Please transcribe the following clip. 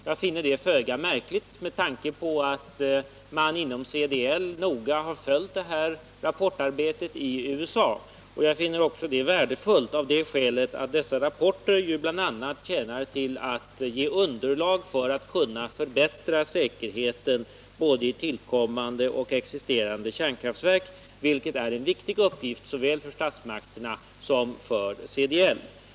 Jag finner detta föga märkligt med tanke på att man inom CDL noga har följt rapportarbetet i USA, och jag finner det värdefullt också av det skälet att dessa rapporter bl.a. tjänar som underlag för att man skall kunna förbättra säkerheten både i tillkommande och i existerande kärnkraftverk, vilket ju är en viktig uppgift såväl för statsmakterna som för CDL.